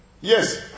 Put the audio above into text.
Yes